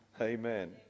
Amen